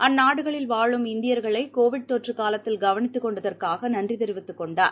அந்நாடுகளில் வாழும் இந்தியர்களை கோவிட் தொற்று காலத்தில் கவனித்துக் கொண்டதற்காக நன்றி தெரிவித்துக் கொண்டார்